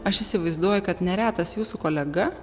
aš įsivaizduoju kad neretas jūsų kolega